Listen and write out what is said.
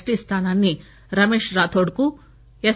T స్థానాన్ని రమేష్ రాథోడ్కు yes